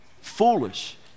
foolish